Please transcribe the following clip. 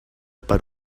per